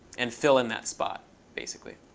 and fill in that spot basically,